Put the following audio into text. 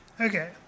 Okay